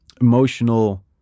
emotional